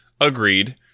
Agreed